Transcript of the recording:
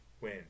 win